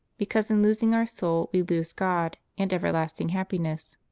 because in losing our soul we lose god and everlasting happiness.